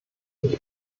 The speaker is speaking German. ich